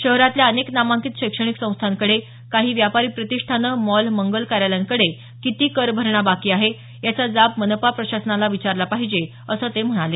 शहरातल्या अनेक नामांकित शैक्षणिक संस्थांकडे कांही व्यापारी प्रतिष्ठानं मॉल मंगल कार्यालयांकडे किती कर भरणा बाकी आहे याचा जाब मनपा प्रशासनाला विचारला पाहिजे असं ते म्हणाले